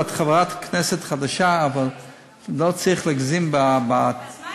את חברת כנסת חדשה, אבל לא צריך להגזים בתיאור.